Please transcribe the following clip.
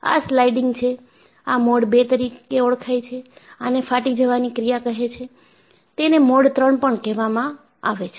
આ સ્લાઇડિંગ છે આ મોડ II તરીકે ઓળખાય છે આને ફાટી જવાની ક્રિયા કહે છે તેને મોડ III પણ કહેવામાં આવે છે